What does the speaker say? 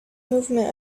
movement